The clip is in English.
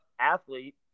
athlete